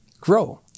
grow